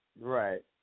Right